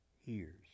hears